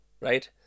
right